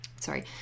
sorry